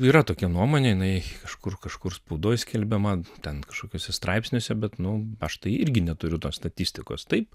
nu yra tokia nuomonė jinai kažkur kažkur spaudoj skelbiama ten kažkokiuose straipsniuose bet nu aš tai irgi neturiu tos statistikos taip